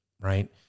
right